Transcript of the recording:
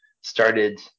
started